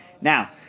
Now